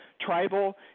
tribal